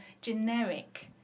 generic